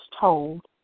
told